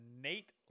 Nate